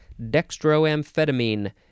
dextroamphetamine